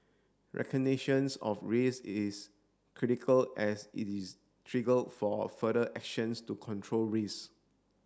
recognitions of risks is critical as it is trigger for further actions to control risk